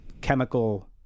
chemical